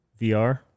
VR